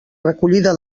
recollida